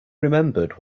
remembered